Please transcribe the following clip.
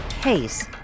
case